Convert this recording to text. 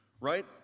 right